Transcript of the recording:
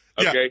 Okay